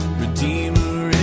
redeemer